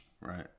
right